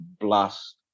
blast